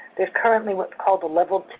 there's currently what's called the level